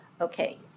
Okay